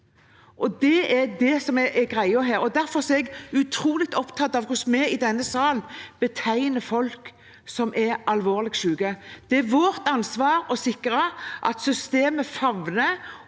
Det er det som er greia her. Derfor er jeg utrolig opptatt av hvordan vi i denne salen betegner folk som er alvorlig syke. Det er vårt ansvar å sikre at systemet favner,